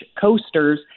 coasters